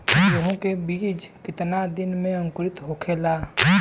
गेहूँ के बिज कितना दिन में अंकुरित होखेला?